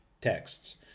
texts